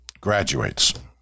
Graduates